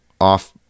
off